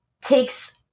takes